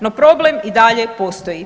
No problem i dalje postoji.